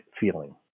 feeling